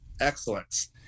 excellence